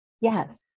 Yes